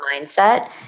Mindset